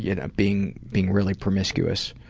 you know being being really promiscuous.